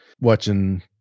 watching